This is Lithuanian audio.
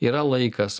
yra laikas